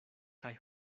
kaj